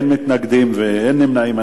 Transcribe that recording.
אין מתנגדים ואין נמנעים.